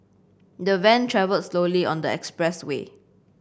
the van travelled slowly on the expressway